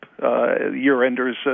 year-enders